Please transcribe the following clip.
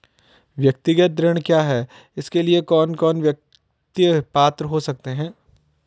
व्यक्तिगत ऋण क्या है इसके लिए कौन कौन व्यक्ति पात्र हो सकते हैं?